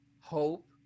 hope